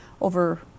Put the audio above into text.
over